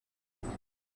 indege